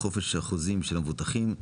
חופש החוזים של המבוטחים,